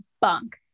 bunk